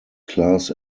class